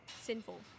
sinful